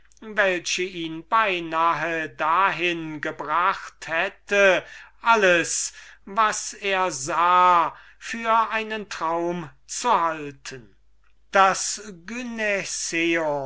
welche ihn beinahe dahin gebracht hätte alles was er sah für einen traum zu halten das